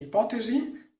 hipòtesi